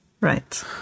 Right